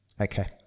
Okay